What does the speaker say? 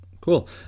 Cool